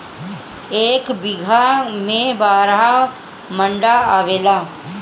एक बीघा में बारह मंडा आवेला